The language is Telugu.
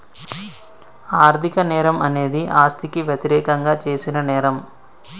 ఆర్థిక నేరం అనేది ఆస్తికి వ్యతిరేకంగా చేసిన నేరం